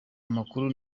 makuru